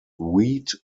wheat